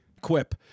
Quip